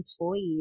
employees